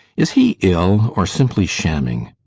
is he ill, or simply shamming?